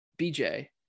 BJ